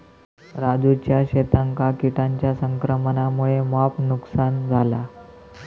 राजूच्या शेतांका किटांच्या संक्रमणामुळा मोप नुकसान झाला